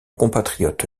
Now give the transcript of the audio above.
compatriote